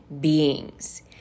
beings